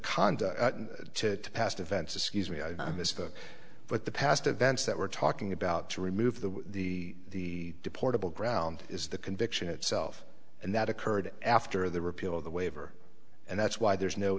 conduct to past events is scuse me i misspoke but the past events that we're talking about to remove the the deportable ground is the conviction itself and that occurred after the repeal of the waiver and that's why there's no